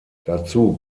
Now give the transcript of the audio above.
dazu